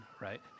right